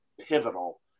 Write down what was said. Pivotal